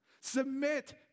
Submit